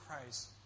Christ